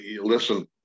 listen